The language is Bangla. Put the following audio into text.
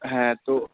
হ্যাঁ তো